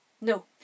No